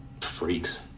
freaks